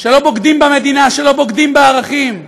שלא בוגדים במדינה, שלא בוגדים בערכים,